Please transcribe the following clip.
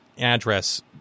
address